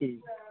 ठीक आहे